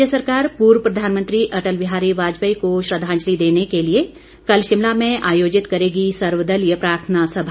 राज्य सरकार पूर्व प्रधानमंत्री अटल बिहारी वाजपेयी को श्रद्दाजंलि देने के लिए कल शिमला में आयोजित करेगी सर्वदलीय प्रार्थना सभा